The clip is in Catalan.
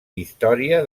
història